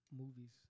movies